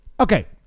Okay